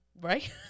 right